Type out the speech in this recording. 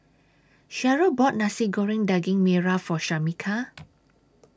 Sherryl bought Nasi Goreng Daging Merah For Shameka